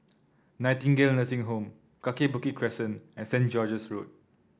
Nightingale Nursing Home Kaki Bukit Crescent and Saint George's Road